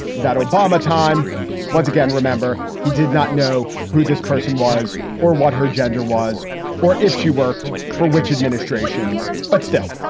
that obama time once again remember he did not know who this person was or what her gender was or if she worked for which administrations. but still,